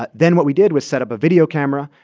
but then what we did was set up a video camera,